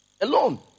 Alone